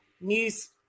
news